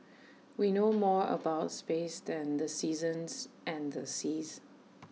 we know more about space than the seasons and the seas